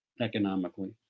economically